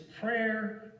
prayer